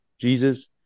Jesus